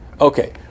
Okay